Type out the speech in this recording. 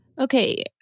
Okay